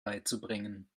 beizubringen